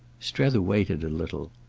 strether waited a little.